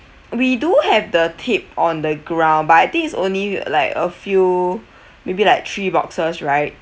we do have the tape on the ground but I think it's only like a few maybe like three boxes right